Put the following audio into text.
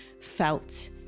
felt